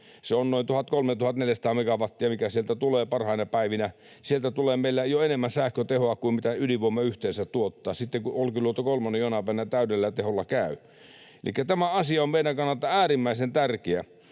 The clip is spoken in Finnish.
se on noin 1 300—1 400 megawattia, mikä sieltä tulee parhaina päivinä — sieltä tulee meille jo enemmän sähkötehoa kuin mitä ydinvoima yhteensä tuottaa sitten, kun Olkiluoto kolmonen jonain päivänä täydellä teholla käy. Elikkä tämä asia on meidän kannalta äärimmäisen tärkeä,